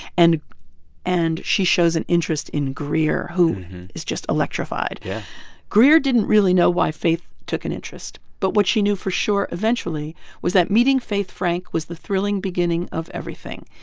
and and she shows an interest in greer, who is just electrified yeah greer didn't really know why faith took an interest, but what she knew for sure eventually was that meeting faith frank was the thrilling beginning of everything.